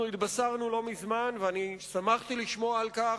אנחנו התבשרנו לא מזמן, ואני שמחתי לשמוע על כך,